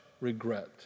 regret